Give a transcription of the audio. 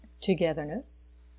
togetherness